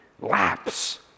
lapse